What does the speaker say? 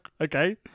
okay